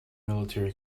military